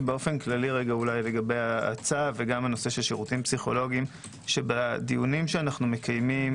לגבי הצו והנושא של שירותים פסיכולוגיים - בדיונים שאנו מקיימים